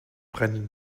brennen